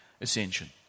ascension